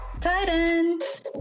Titans